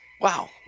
Wow